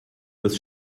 with